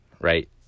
right